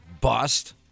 bust